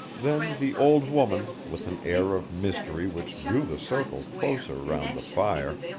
then the old woman, with an air of mystery which drew the circle closer round the fire,